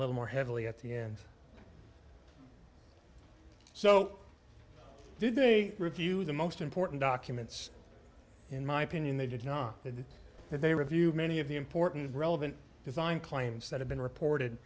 little more heavily at the end so did they review the most important documents in my opinion they did not and that they reviewed many of the important relevant design claims that have been reported